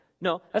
No